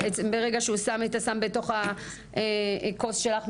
ברגע שהוא שם את הסם בתוך הכוס שלך,